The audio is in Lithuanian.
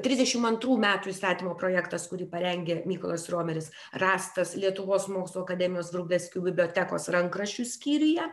trisdešim antrų metų įstatymo projektas kurį parengė mykolas riomeris rastas lietuvos mokslų akademijos vrublevskių bibliotekos rankraščių skyriuje